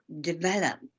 develop